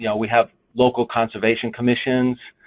yeah we have local conservation commissions,